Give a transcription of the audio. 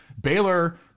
Baylor